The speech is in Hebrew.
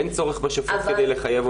אין צורך בשופט כדי לחייב אותם.